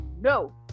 no